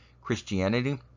Christianity